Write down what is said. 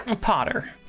Potter